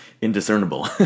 indiscernible